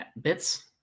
bits